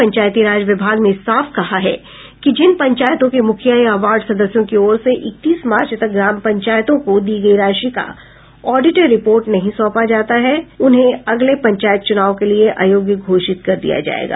पंचायती राज विभाग ने साफ कहा है कि जिन पंचायतों के मूखिया या वार्ड सदस्यों की ओर से इकतीस मार्च तक ग्राम पंचायतों को दी गयी राशि का ऑडिट रिपोर्ट नहीं सौंपा जाता है उन्हें अगले पंचायत चुनाव के लिए अयोग्य घोषित कर दिया जायेगा